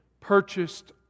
purchased